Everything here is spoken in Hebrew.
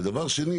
ודבר שני